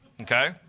Okay